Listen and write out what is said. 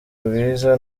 bwiza